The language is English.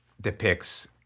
depicts